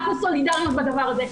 אנחנו סולידריות בדבר הזה.